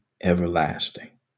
everlasting